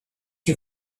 you